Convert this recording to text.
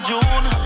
June